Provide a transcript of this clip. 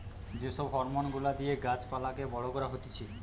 যে সব হরমোন গুলা দিয়ে গাছ পালাকে বড় করা হতিছে